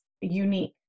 unique